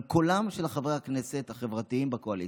אבל קולם של חברי הכנסת החברתיים בקואליציה,